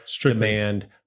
demand